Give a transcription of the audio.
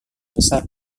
besar